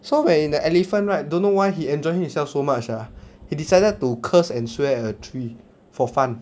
so when he in the elephant ride dunno why he enjoying himself so much ah he decided to curse and swear at a tree for fun